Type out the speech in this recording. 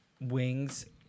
wings